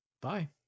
bye